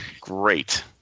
great